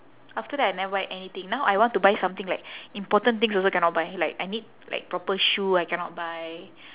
after that I never buy anything now I want to buy something like important things also cannot buy like I need like proper shoe I cannot buy